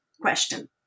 question